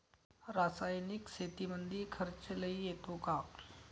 रासायनिक शेतीमंदी खर्च लई येतो का?